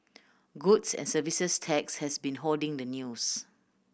goods and Services Tax has been hoarding the news